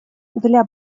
для